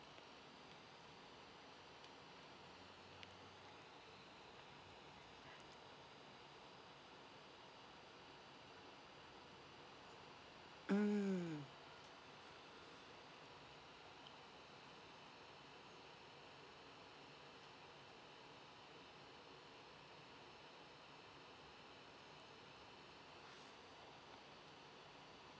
mmhmm